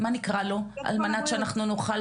זה מוקד